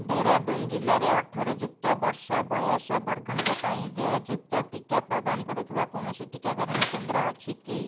ଡେରାଡୁନ୍ ଜିଲ୍ଲାରେ ଅଠର ଯୁକ୍ତ ବର୍ଷ ବୟସ ବର୍ଗଙ୍କ ପାଇଁ ଦେୟଯୁକ୍ତ ଟିକା ପ୍ରଦାନ କରୁଥିବା କୌଣସି ଟିକାକରଣ କେନ୍ଦ୍ର ଅଛି କି